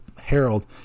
Harold